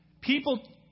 people